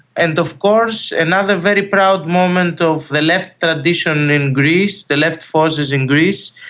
and of course another very proud moment of the left tradition in greece, the left forces in greece,